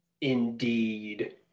indeed